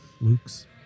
Luke's